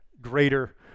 greater